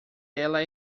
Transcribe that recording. ela